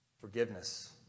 forgiveness